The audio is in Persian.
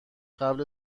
قبل